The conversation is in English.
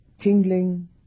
tingling